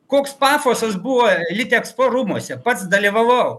koks pafosas buvo litekspo rūmuose pats dalyvavau